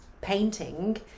painting